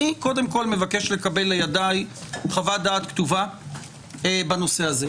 אני קודם כל מבקש לקבל לידיי חוות דעת כתובה בנושא הזה.